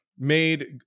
Made